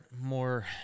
more